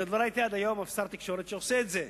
עד היום עוד לא ראיתי שר תקשורת שעושה את זה.